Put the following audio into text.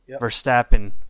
Verstappen